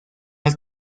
las